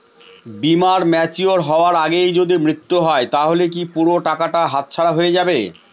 বীমা ম্যাচিওর হয়ার আগেই যদি মৃত্যু হয় তাহলে কি পুরো টাকাটা হাতছাড়া হয়ে যাবে?